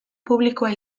publikoa